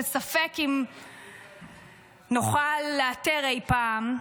שספק אם נוכל לאתר אי-פעם.